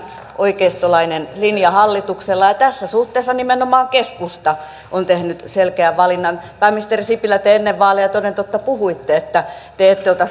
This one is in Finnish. oikeistolainen linja hallituksella ja ja tässä suhteessa nimenomaan keskusta on tehnyt selkeän valinnan pääministeri sipilä te ennen vaaleja toden totta puhuitte että te ette ota